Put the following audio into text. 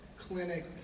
clinic